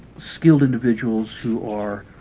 skilled individuals who are